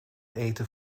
eten